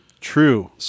True